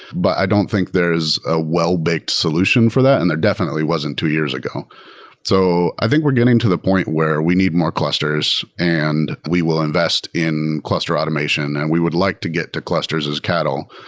but i don't think there is a well-baked solution for that and there definitely wasn't two years ago so i think we're getting to the point where we need more clusters and we will invest in cluster automation, and we would like to get to clusters as cattle.